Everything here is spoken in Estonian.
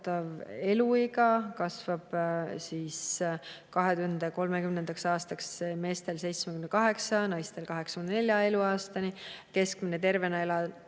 eluiga kasvab 2030. aastaks meestel 78 ja naistel 84 eluaastani. Keskmine tervena